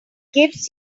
gives